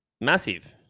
Massive